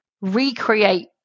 recreate